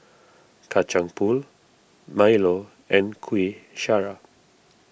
Kacang Pool Milo and Kuih Syara